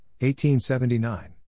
1879